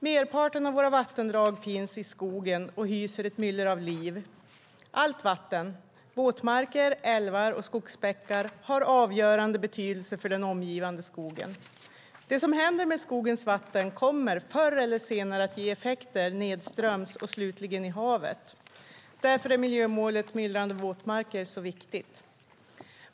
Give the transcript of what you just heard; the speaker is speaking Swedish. Merparten av våra vattendrag finns i skogen och hyser ett myller av liv. Allt vatten, våtmarker, älvar och skogsbäckar, har avgörande betydelse för den omgivande skogen. Det som händer med skogens vatten kommer förr eller senare att ge effekter nedströms och slutligen i havet. Därför är miljömålet Myllrande våtmarker så viktigt.